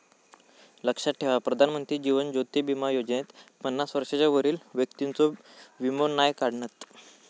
लक्षात ठेवा प्रधानमंत्री जीवन ज्योति बीमा योजनेत पन्नास वर्षांच्या वरच्या व्यक्तिंचो वीमो नाय काढणत